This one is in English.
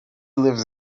lives